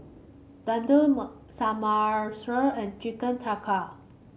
Samosa and Chicken Tikka